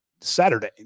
Saturday